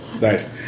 Nice